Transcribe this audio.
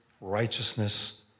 righteousness